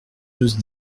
j’ose